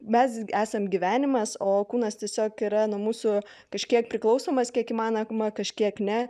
mes esam gyvenimas o kūnas tiesiog yra nuo mūsų kažkiek priklausomas kiek įmanoma kažkiek ne